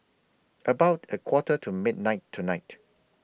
about A Quarter to midnight tonight